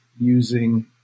using